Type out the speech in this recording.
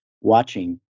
watching